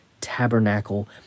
tabernacle